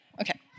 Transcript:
Okay